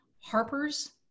Harper's